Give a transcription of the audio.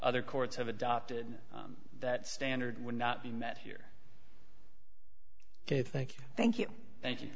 other courts have adopted that standard would not be met here ok thank you thank